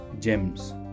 gems